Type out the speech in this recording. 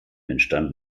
entstand